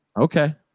Okay